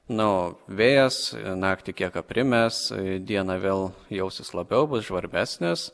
na o vėjas naktį kiek aprimęs dieną vėl jausis labiau bus žvarbesnis